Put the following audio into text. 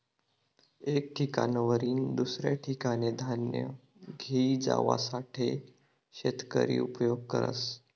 एक ठिकाणवरीन दुसऱ्या ठिकाने धान्य घेई जावासाठे शेतकरी उपयोग करस